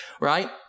Right